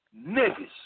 niggas